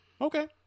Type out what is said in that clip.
okay